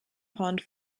pond